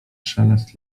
szelest